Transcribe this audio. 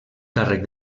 càrrec